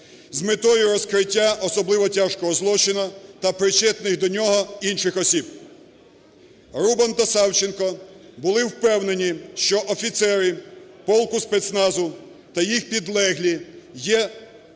з метою розкриття особливо тяжкого злочину та причетних до нього інших осіб. Рубан та Савченко були впевнені, що офіцери полку спецназу та їх підлеглі є співучасниками